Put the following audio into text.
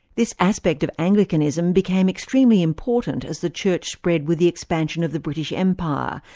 this aspect of anglicanism became extremely important as the church spread with the expansion of the british empire,